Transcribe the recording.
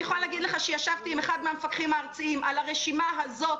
אני יכולה להגיד לך שישבתי עם אחד מהמפקחים הארציים על הרשימה הזאת